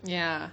ya